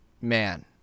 man